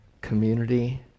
community